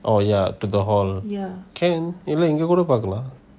oh yeah to the hall can இல்ல இங்க கூட பாக்கலாம்:illa inga kuda paakalam